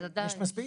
יש מספיק?